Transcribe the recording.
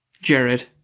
Jared